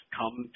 come